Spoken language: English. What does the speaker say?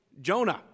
Jonah